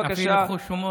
אפילו חוש הומור אין לך.